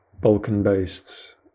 balkan-based